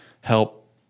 help